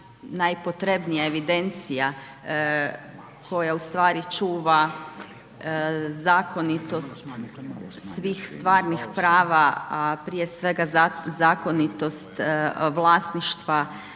najpotrebnija evidencija koja ustvari čuva zakonitost svih stvarnih prava a prije svega zakonitost vlasništva